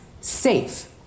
safe